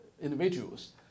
individuals